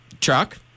truck